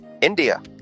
india